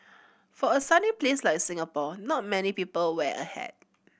for a sunny place like Singapore not many people wear a hat